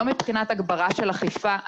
לא מבחינת הגברה של אכיפה.